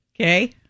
Okay